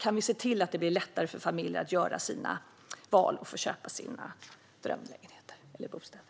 Kan vi se till att det blir lättare för familjer att göra sina val och köpa sina drömbostäder?